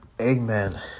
Amen